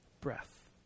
breath